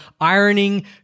ironing